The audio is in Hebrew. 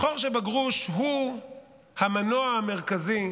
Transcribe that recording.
החור שבגרוש הוא המנוע המרכזי